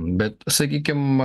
bet sakykim